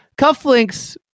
cufflinks